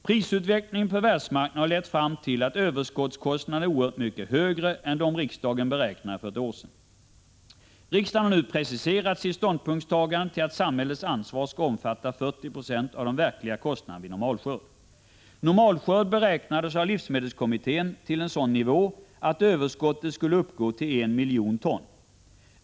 Prisutvecklingen på världsmarknaden har lett till att överskottskostnaderna är oerhört mycket högre än vad riksdagen för ett år sedan räknade med. Riksdagen har nu preciserat sitt ståndpunktstagande — samhällets ansvar skall omfatta 40 26 av de verkliga kostnaderna vid normalskörd. Normalskörd beräknades av livsmedelskommittén till en sådan nivå att överskottet skulle uppgå till 1 miljon ton.